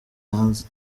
hanze